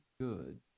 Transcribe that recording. good